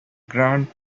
grant